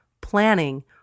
planning